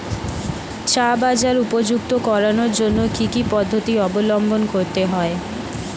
চা বাজার উপযুক্ত করানোর জন্য কি কি পদ্ধতি অবলম্বন করতে হয়?